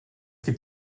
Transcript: gibt